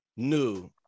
New